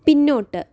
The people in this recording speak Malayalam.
പിന്നോട്ട്